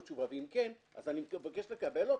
ואם כן אז אני מבקש לקבל אותה.